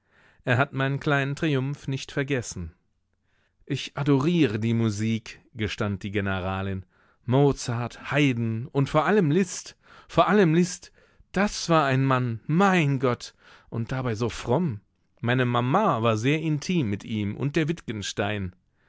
er hat meinen kleinen triumph nicht vergessen ich adoriere die musik gestand die generalin mozart haydn und vor allem liszt vor allem liszt das war ein mann mein gott und dabei so fromm meine mama war sehr intim mit ihm und der